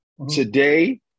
Today